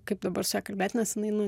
kaip dabar su ja kalbėt nes jinai nu